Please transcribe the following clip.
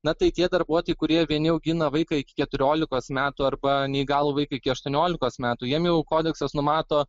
na tai tie darbuotojai kurie vieni augina vaiką iki keturiolikos metų arba neįgalų vaiką iki aštuoniolikos metų jiem jau kodeksas numato